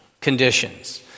conditions